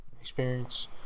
experience